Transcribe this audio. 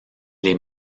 les